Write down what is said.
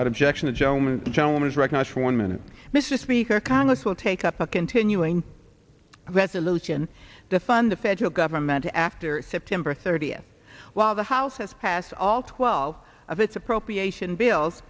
objection the gentleman gentleman is recognized for one minute mr speaker congress will take up a continuing resolution that fund the federal government after september thirtieth while the house has passed all twelve of its appropriation bills